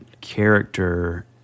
character